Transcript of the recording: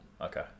Okay